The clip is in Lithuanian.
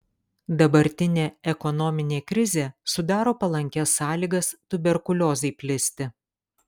dabartinė ekonominė krizė sudaro palankias sąlygas tuberkuliozei plisti